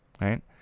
right